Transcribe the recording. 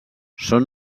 són